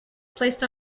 placed